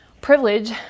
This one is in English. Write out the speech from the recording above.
Privilege